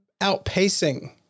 outpacing